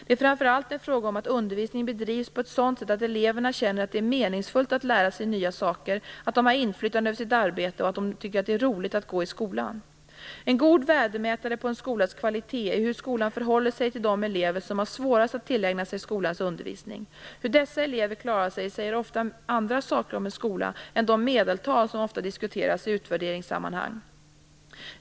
Det är framför allt en fråga om att undervisningen bedrivs på ett sådant sätt att eleverna känner att det är meningsfullt att lära sig nya saker, att de har inflytande över sitt arbete i skolan och att det är roligt att gå i skolan. En god värdemätare på en skolas kvalitet är hur skolan förhåller sig till de elever som har svårast att tillägna sig skolans undervisning. Hur dessa elever klarar sig säger andra saker om en skola än de medeltal som oftast diskuteras i utvärderingssammanhang.